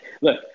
look